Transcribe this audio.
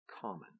common